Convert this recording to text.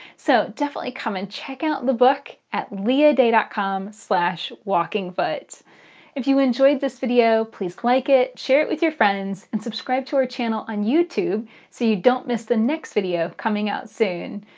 so definitely come and check out the book at leahday dot com slash walkingfoot if you enjoyed this video please like it, share it with your friends, and subscribe to our channel on youtube so you don't miss the next video coming out soon.